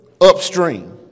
upstream